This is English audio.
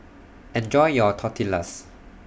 Enjoy your Tortillas